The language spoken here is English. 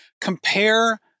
compare